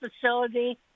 facility